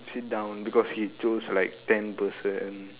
sit down because he choose like ten person